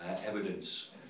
evidence